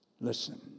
Listen